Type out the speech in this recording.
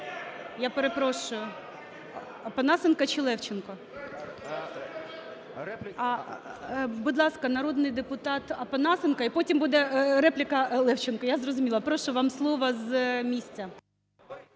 Я перепрошую, Опанасенко чи Левченко? Будь ласка, народний депутат Опанасенко і потім буде репліка Левченко. Я зрозуміла. Прошу, вам слово з місця.